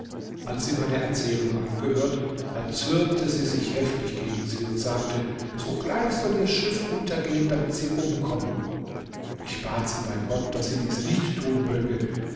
als sie meine erzählung angehört erzürnte sie sich heftig gegen sie und sagte sogleich soll ihr schiff untergehen damit sie umkommen ich bat sie bei gott daß sie dies nicht tun möge